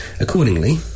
Accordingly